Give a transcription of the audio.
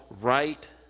right